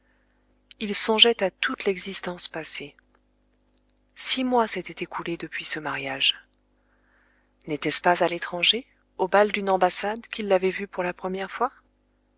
il songeait à toute l'existence passée six mois s'étaient écoulés depuis ce mariage n'était-ce pas à l'étranger au bal d'une ambassade qu'il l'avait vue pour la première fois